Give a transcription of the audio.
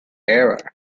era